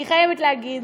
ואני חייבת להגיד